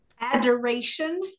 Adoration